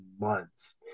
months